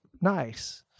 nice